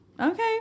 okay